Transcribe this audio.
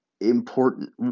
important